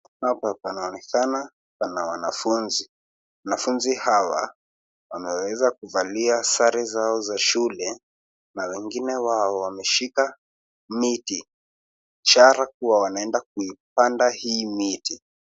Hapa panaonekana pana wanafunzi, wanafunzi hawa wamemeweza kuvalia sare zao za shule na wengine wao wameshika miti ishara kua wanaenda kuipanda hii miti.